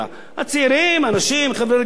הצעירים, אנשים, חבר'ה רגילים.